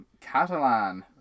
Catalan